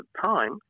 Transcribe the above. time